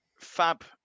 Fab